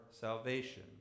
salvation